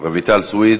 רויטל סויד,